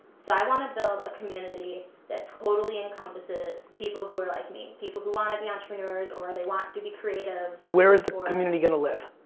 so i wanna build a community that totally encompasses people who are like me. people who wanna be entrepreneurs, or they want to be creatives. where is the community i mean and going to live?